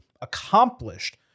accomplished